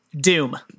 Doom